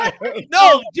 No